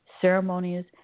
ceremonies